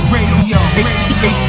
Radio